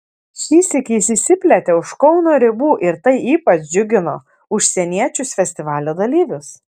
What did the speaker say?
šįsyk jis išsiplėtė už kauno ribų ir tai ypač džiugino užsieniečius festivalio dalyvius